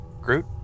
Groot